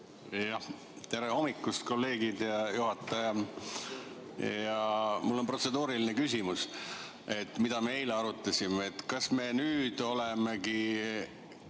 Tere hommikust, kolleegid ja juhataja! Mul on protseduuriline küsimus, mida me eile arutasime, et kas me nüüd olemegi